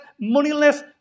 moneyless